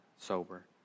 sober